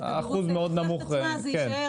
עוד פעם איפה שהתדירות שומרת את עצמה זה יישאר.